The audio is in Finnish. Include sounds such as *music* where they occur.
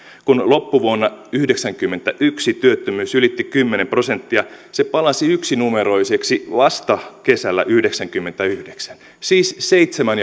kun loppuvuonna yhdeksänkymmentäyksi työttömyys ylitti kymmenen prosenttia se palasi yksinumeroiseksi vasta kesällä yhdeksänkymmentäyhdeksän siis seitsemän *unintelligible*